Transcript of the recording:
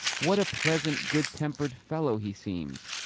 what a pleasant, good-tempered fellow he seems!